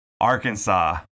Arkansas